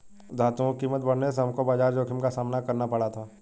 धातुओं की कीमत बढ़ने से हमको बाजार जोखिम का सामना करना पड़ा था